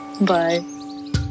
bye